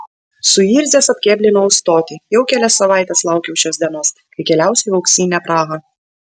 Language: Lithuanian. suirzęs atkėblinau į stotį jau kelias savaites laukiau šios dienos kai keliausiu į auksinę prahą